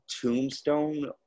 tombstone